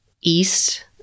east